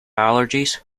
allergies